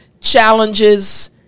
challenges